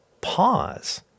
pause